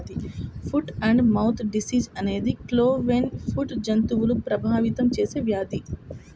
foot and mouth disease అనేది cloven foot జంతువులను ప్రభావితం చేసే వ్యాధి